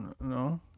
No